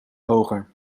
hoger